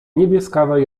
niebieskawe